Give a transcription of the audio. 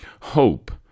Hope